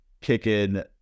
kicking